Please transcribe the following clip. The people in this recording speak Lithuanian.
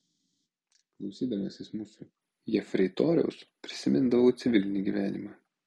klausydamasis mūsų jefreitoriaus prisimindavau civilinį gyvenimą